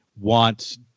wants